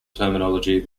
terminology